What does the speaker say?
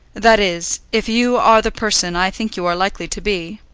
that is, if you are the person i think you are likely to be.